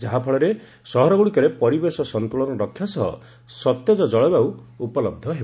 ଯାହାଫଳରେ ସହରଗୁଡ଼ିକରେ ପରିବେଶ ସନ୍ତୁଳନ ରକ୍ଷା ସହ ସତେଜ ଜଳବାୟୁ ଉପଲବ୍ଧ ହେବ